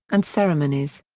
and ceremonies.